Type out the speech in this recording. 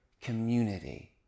community